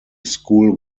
school